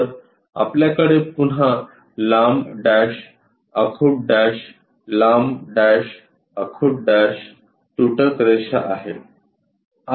तर आपल्याकडे पुन्हा लांब डॅश आखुड डॅश लांब डॅश आखुड डॅश तुटक रेषा आहे